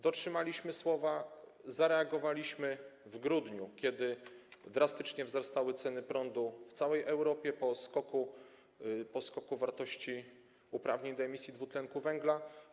Dotrzymaliśmy słowa, zareagowaliśmy w grudniu, kiedy drastycznie wzrastały ceny prądu w całej Europie po skoku wartości uprawnień do emisji dwutlenku węgla.